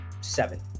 seven